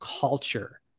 culture